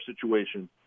situation